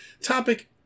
Topic